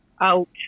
out